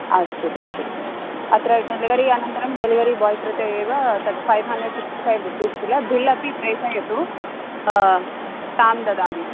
अस्तु तर्हि अत्र डेलिवरि अनन्तरं डेलिवरि बोय् कृते एव तत् five hundred sixty five rupees किल बिल् अपि प्रेषयतु आं ददामि